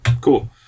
Cool